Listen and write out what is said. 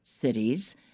cities